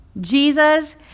Jesus